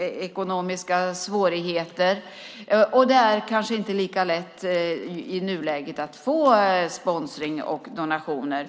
ekonomiska svårigheter. Det är kanske inte lika lätt i nuläget att få sponsring och donationer.